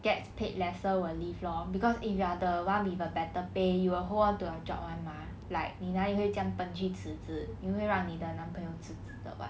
gets paid lesser will leave lor cause if you are the one with a better pay you will hold onto our job [one] mah like 你哪里会那么笨去辞职你会让你的男朋友辞职的 [what]